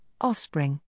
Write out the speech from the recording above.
offspring